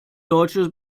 deutsche